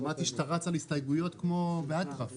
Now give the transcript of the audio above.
שמעתי שאתה רץ על הסתייגות כמו באטרף.